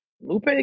lupe